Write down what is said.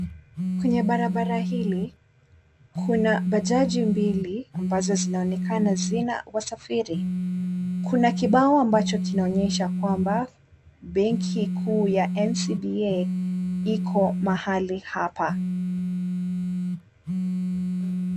Kwenye barabara hili kuna bajaji mbili ambazo zinaonekana zina wasafiri , kuna kibao ambacho kinaonyesha kwamba Benki kuu ya NCBA iko mahali hapa.